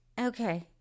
okay